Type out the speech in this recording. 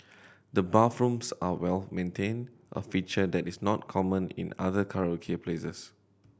the bathrooms are well maintained a feature that is not common in other karaoke places